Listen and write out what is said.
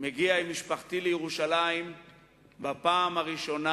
מגיע עם משפחתי לירושלים בפעם הראשונה,